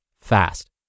fast